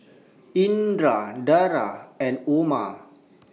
Indra Dara and Umar